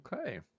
okay